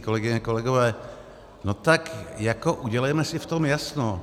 Kolegyně, kolegové, no tak jako udělejme si v tom jasno.